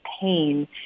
pain